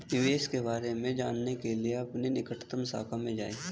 निवेश के बारे में जानने के लिए अपनी निकटतम शाखा में जाएं